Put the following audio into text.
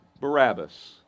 Barabbas